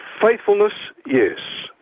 faithfulness? yes.